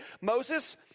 Moses